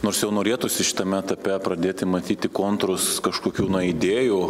nors jau norėtųsi šitame etape pradėti matyti kontūrus kažkokių na idėjų